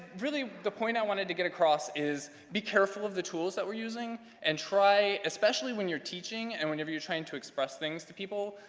really the point i wanted to get across is, be careful of the tools that we're using and try, especially when you're teaching and whenever you're trying to express things to people,